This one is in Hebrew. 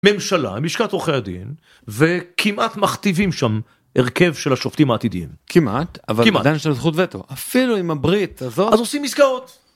ממשלה, לשכת עורכי הדין וכמעט מכתיבים שם הרכב של השופטים העתידים. כמעט אבל עדיין יש לנו זכות וטו אפילו עם הברית הזו, אז עושים עסקאות.